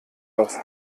aus